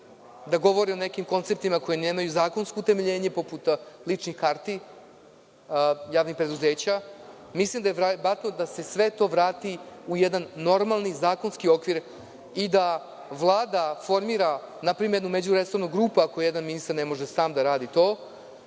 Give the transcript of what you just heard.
da govori o nekim konceptima koji nemaju zakonsko utemeljenje, poput ličnih karti javnih preduzeća. Mislim da sve to treba da se vrati u jedan normalan zakonski okvir i da Vlada formira jednu, recimo, međuresornu grupu, ako jedan ministar ne može sam da radi to